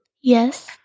Yes